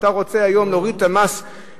אתה רוצה היום להוריד את מס שבח,